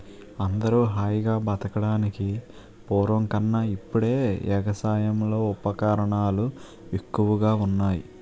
అందరూ హాయిగా బతకడానికి పూర్వం కన్నా ఇప్పుడే ఎగసాయంలో ఉపకరణాలు ఎక్కువగా ఉన్నాయ్